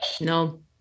No